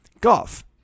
Golf